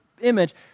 image